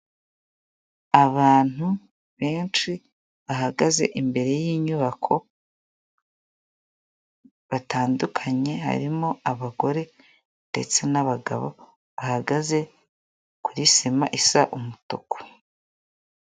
Abantu benshi bahagaze imbere y'inyubako batandukanye, harimo abagore ndetse n'abagabo bahagaze kuri sima isa umutuku.